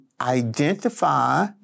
identify